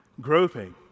groping